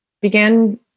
began